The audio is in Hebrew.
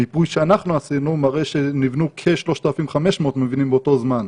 מיפוי שאנחנו עשינו מראה שנבנו כ-3,500 מבנים באותו זמן.